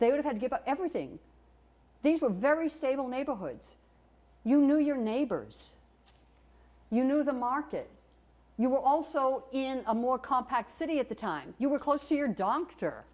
they would've had to give up everything these were very stable neighborhoods you knew your neighbors you knew the market you were also in a more compact city at the time you were close to your doctor